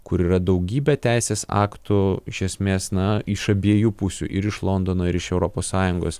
kur yra daugybė teisės aktų iš esmės na iš abiejų pusių ir iš londono ir iš europos sąjungos